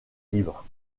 libres